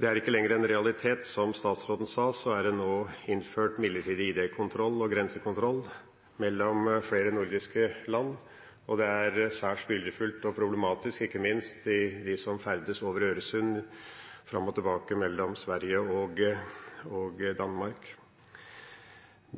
Det er ikke lenger en realitet. Som statsråden sa, er det nå innført midlertidig ID-kontroll og grensekontroll mellom flere nordiske land, og det er særs byrdefullt og problematisk, ikke minst for dem som ferdes over Øresund, fram og tilbake mellom Sverige og Danmark.